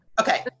Okay